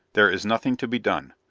there is nothing to be done.